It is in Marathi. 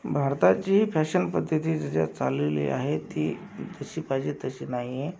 भारताची फॅशन पद्धती जिच्यात चाललेली आहे ती जशी पाहिजे तशी नाही आहे